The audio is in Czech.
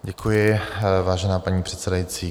Děkuji, vážená paní předsedající.